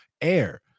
air